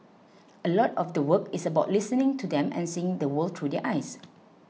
a lot of the work is about listening to them and seeing the world through their eyes